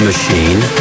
machine